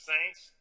Saints